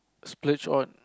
splurge on